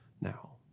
now